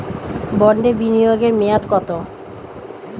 বন্ডে বিনিয়োগ এর মেয়াদ কত?